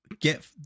get